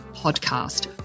podcast